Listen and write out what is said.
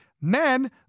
men